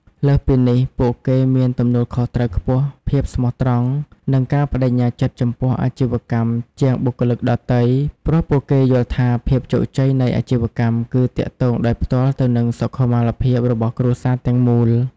លើសពីនេះ ពួកគេមានទំនួលខុសត្រូវខ្ពស់ ភាពស្មោះត្រង់ និងការប្តេជ្ញាចិត្តចំពោះអាជីវកម្មជាងបុគ្គលិកដទៃ ព្រោះពួកគេយល់ថាភាពជោគជ័យនៃអាជីវកម្មគឺទាក់ទងដោយផ្ទាល់ទៅនឹងសុខុមាលភាពរបស់គ្រួសារទាំងមូល។